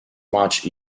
much